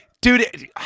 dude